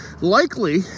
likely